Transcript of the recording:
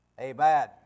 amen